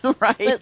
Right